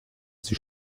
sie